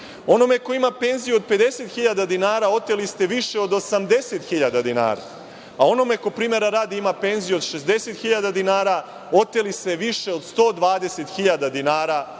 onome ko ima penziju od 50.000 dinara oteli ste više od 80.000 dinara, a onome ko primera radi ima penziju od 60.000 dinara oteli ste više od 120.000 dinara